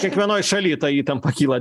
kiekvienoj šaly ta įtampa kyla